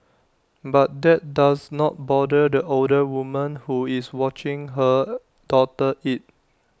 but that does not bother the older woman who is watching her daughter eat